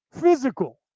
Physical